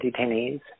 detainees